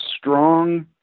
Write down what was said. strong